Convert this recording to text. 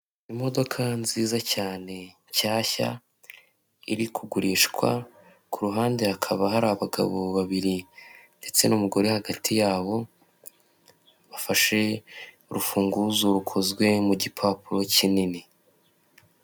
Imodoka nziza cyane nshyashya iri kugurishwa, ku ruhande hakaba hari abagabo babiri ndetse n'umugore hagati yabo, bafashe urufunguzo rukozwe mu gipapuro kinini.